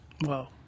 Wow